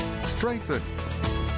strengthen